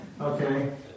Okay